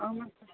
ஆமாம் சார்